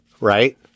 right